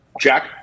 Jack